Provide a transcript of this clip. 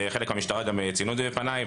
וגם המשטרה ציינה את זה בפניי,